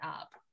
up